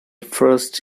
first